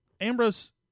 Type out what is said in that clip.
Ambrose